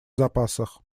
запасах